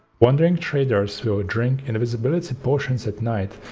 wandering traders will drink invisibility potions at night,